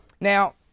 Now